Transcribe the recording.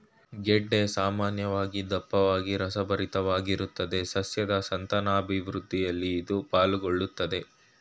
ಗೆಡ್ಡೆ ಸಾಮಾನ್ಯವಾಗಿ ದಪ್ಪವಾಗಿ ರಸಭರಿತವಾಗಿರ್ತದೆ ಸಸ್ಯದ್ ಸಂತಾನಾಭಿವೃದ್ಧಿಯಲ್ಲೂ ಇದು ಪಾಲುಗೊಳ್ಳುತ್ದೆ